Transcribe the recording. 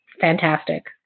fantastic